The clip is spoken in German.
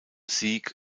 sieg